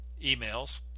emails